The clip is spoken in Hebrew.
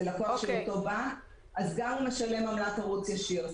לקוח של אותו בנק אז הוא משלם עמלת ערוץ ישיר.